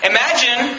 Imagine